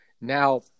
now